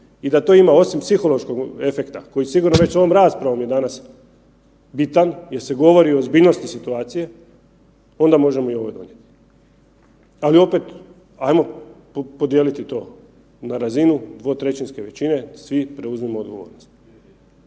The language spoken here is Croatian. i da to ima osim psihološkog efekta koji sigurno već ovom raspravom je danas bitan jel se govori o ozbiljnosti situacije onda možemo i ovo donijet. Ali opet ajmo podijeliti to na razinu dvotrećinske većine, svi preuzmimo odgovornost.